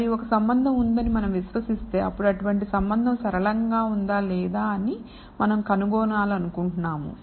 మరియు ఒక సంబంధం ఉందని మనం విశ్వసిస్తే అప్పుడు అటువంటి సంబంధం సరళంగా ఉందా లేదా అని మనం కనుగొనాలనుకుంటున్నాము